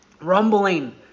rumbling